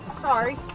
Sorry